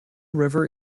river